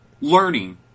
learning